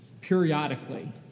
periodically